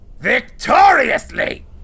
VICTORIOUSLY